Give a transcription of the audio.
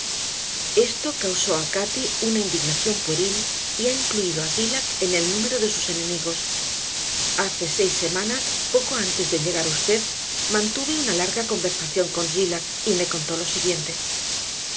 esto causó a cati una indignación pueril y ha incluido a zillah en el número de sus enemigos hace seis semanas poco antes de llegar usted mantuve una larga conversación con zillah y me contó lo siguiente